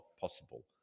possible